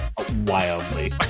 Wildly